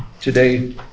Today